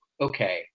okay